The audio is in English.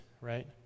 right